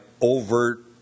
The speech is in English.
overt